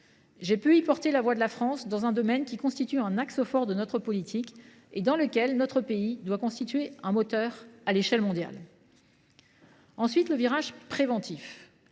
J’ai pu y porter la voix de la France dans un domaine qui constitue un axe au fort de notre politique et pour lequel notre pays doit être un moteur à l’échelle mondiale. Le deuxième point est le virage préventif.